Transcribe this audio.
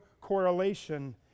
correlation